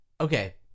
okay